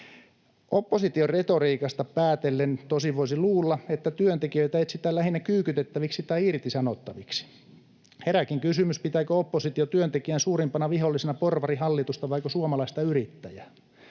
Opposition retoriikasta päätellen tosin voisi luulla, että työntekijöitä etsitään lähinnä kyykytettäviksi tai irtisanottaviksi. Herääkin kysymys, pitääkö oppositio työntekijän suurimpana vihollisena porvarihallitusta vaiko suomalaista yrittäjää.